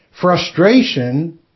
frustration